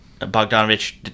Bogdanovich